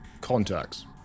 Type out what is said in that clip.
contacts